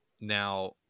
Now